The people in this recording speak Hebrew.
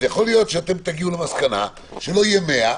אז יכול להיות שאתם תגיעו למסקנה שלא יהיה 100,